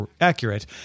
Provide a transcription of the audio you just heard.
accurate